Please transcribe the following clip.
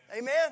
Amen